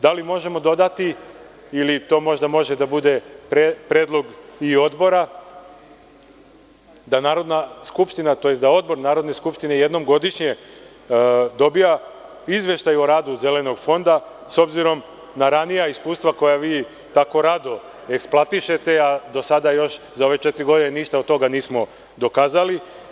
Da li možemo dodati, ili to možda može da bude predlog Odbora, da Narodna skupština, tj. da Odbor Narodne skupštine jednom godišnje dobija izveštaj o radu Zelenog fonda, s obzirom na ranija iskustva koja vi tako rado eksploatišete, a do sada još za ove četiri godine ništa od toga nismo dokazali?